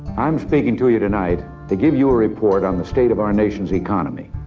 i'm speaking to you tonight to give you a report on the state of our nation's economy.